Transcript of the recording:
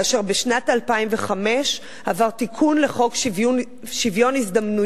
כאשר בשנת 2005 עבר תיקון לחוק שוויון ההזדמנויות,